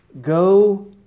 Go